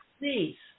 please